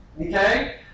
okay